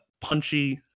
punchy